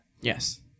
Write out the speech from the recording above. yes